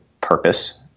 purpose